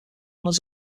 one